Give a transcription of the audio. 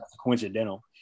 coincidental